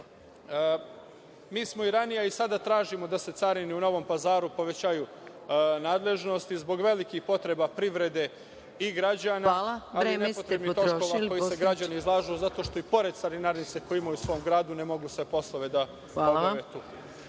smo i ranije, a i sada tražimo, da se carini u Novom Pazaru povećaju nadležnosti, zbog velikih potreba privrede i građana, ali i nepotrebnih troškova kojima se građani izlažu, zato što i pored carinarnice koju imaju u svom gradu ne mogu sve poslove da obave.